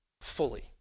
fully